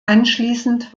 anschließend